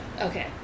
Okay